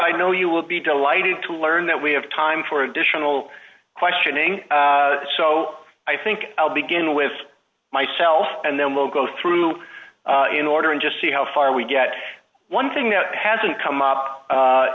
i know you will be delighted to learn that we have time for additional questioning so i think i'll begin with myself and then we'll go through in order and just see how far we get one thing that hasn't come up